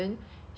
she said